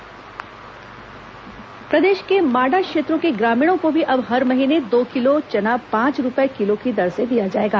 मंत्रिपरिषद निर्णय प्रदेश के माडा क्षेत्रों के ग्रामीणों को भी अब हर महीने दो किलो चना पांच रूपये किलो की दर से दिया जाएगा